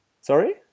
Sorry